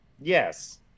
Yes